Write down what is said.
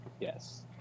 Yes